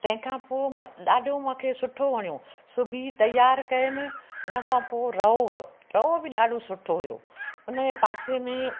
तेंखां पो मां ॾाढो मांखे सुठो वणियो सुभी तयार कयम हिन खां पो रओ रओ बि ॾाढो सुठो हुयो हुन जे पासे में